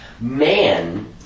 man